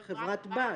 חברת-בת.